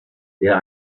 der